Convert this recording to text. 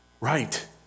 Right